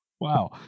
Wow